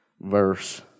verse